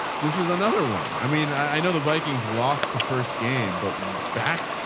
this is another one. i mean, i know the vikings lost the first game, but back